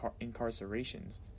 incarcerations